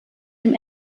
dem